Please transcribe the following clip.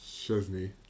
Chesney